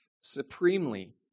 supremely